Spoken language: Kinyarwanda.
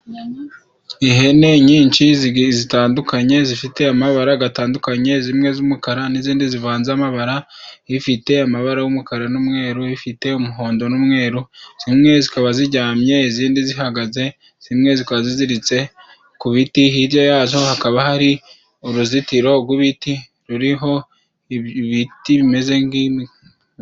Ihene nyinshi zitandukanye zifite amabara gatandukanye zimwe z'umukara n'izindi zivanze amabara ifite amabara y'umukara n'umweru ifite umuhondo n'umweru zimwe zikaba ziryamye izindi zihagaze zimwe zika ziziritse ku biti hirya yazo hakaba hari uruzitiro gw'ibiti ruriho ibiti bimeze ngi.